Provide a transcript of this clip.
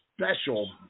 special